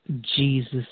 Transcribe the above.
jesus